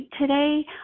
today